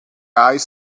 eyes